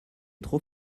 trop